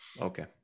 okay